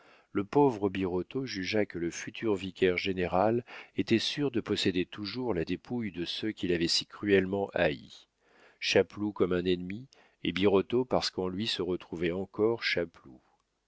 le pauvre birotteau jugea que le futur vicaire-général était sûr de posséder toujours la dépouille de ceux qu'il avait si cruellement haïs chapeloud comme un ennemi et birotteau parce qu'en lui se retrouvait encore